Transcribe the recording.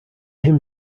him